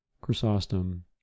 Chrysostom